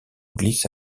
glisse